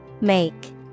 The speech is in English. Make